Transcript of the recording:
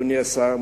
אדוני השר,